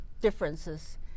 differences